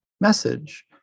message